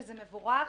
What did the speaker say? שזה מבורך,